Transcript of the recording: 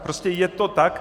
Prostě je to tak.